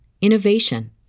innovation